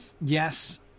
Yes